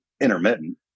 intermittent